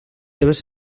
seves